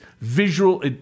visual